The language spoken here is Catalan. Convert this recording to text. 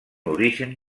origen